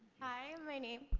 hi, my name,